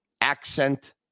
Accent